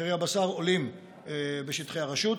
מחירי הבשר עולים בשטחי הרשות.